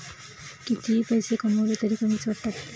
कितीही पैसे कमावले तरीही कमीच वाटतात